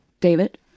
David